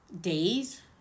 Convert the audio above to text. days